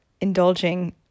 indulging